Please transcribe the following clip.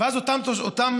ואז אותם תושבים,